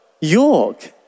York